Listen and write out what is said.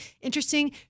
interesting